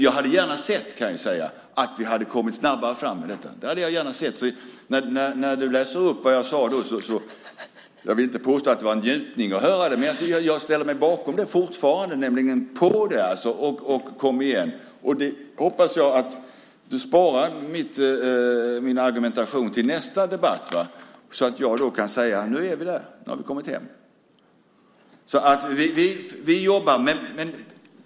Jag hade gärna sett att vi hade kommit snabbare fram med detta. Jag vill inte påstå att det var en njutning att höra vad jag sade då. Men jag ställer mig fortfarande bakom det: Kom igen! Jag hoppas att du sparar min argumentation till nästa debatt så att jag kan säga: Nu är vi där. Nu har vi kommit hem.